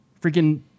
Freaking